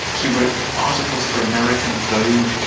he wrote articles for american vogue.